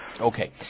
Okay